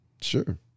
Sure